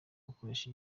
gukoresha